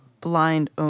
blind